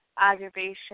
aggravation